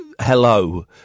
hello